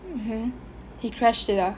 okay he crashed it ah